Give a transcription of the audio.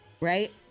Right